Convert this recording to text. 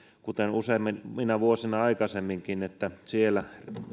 kuten useimpina vuosina aikaisemminkin että siellä